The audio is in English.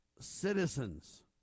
citizens